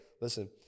listen